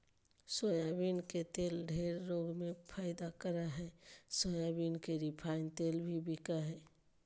soybean के तेल ढेर रोग में फायदा करा हइ सोयाबीन के रिफाइन तेल भी बिका हइ